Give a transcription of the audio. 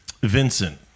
Vincent